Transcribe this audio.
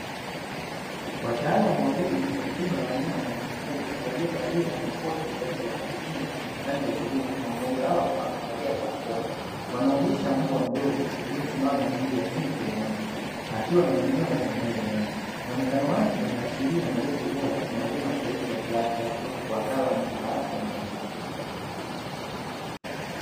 Wataalamu wawili wa tiba ya wanyama na mifugo, waliovalia makoti kwa ajili ya kujikinga, yenye rangi ya bluu na mmoja wao amevalia barakoa. Wanaogesha mbwa mdogo aliyesimama juu ya sinki la maji, akiwa na manyoya yanayong'aa. Muonekano wake unaashiria malezi bora na huduma stahiki za kiafya kutoka kwa wataalamu wa afya na wanyama.